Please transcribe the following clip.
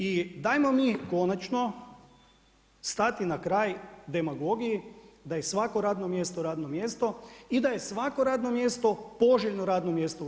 I dajmo mi konačno stati na kraj demagogiji da je svako radno mjesto, radno mjesto i da je svako radno mjesto poželjno radno mjesto u RH.